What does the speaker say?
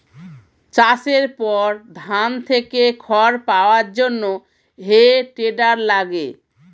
চাষের পর ধান থেকে খড় পাওয়ার জন্যে হে টেডার লাগে